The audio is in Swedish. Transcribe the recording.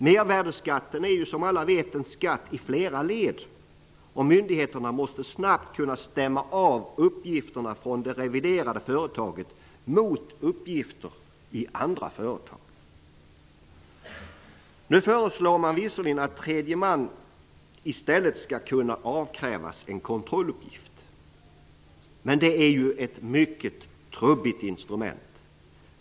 Mervärdesskatten är, som alla vet, en skatt i flera led, och myndigheterna måste snabbt kunna stämma av uppgifterna från det reviderade företaget mot uppgifter i andra företag. Nu föreslår man visserligen att tredje man i stället skall kunna avkrävas en kontrolluppgift. Men det är ju ett mycket trubbigt instrument.